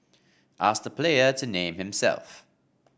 ask the player to name himself